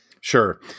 Sure